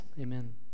amen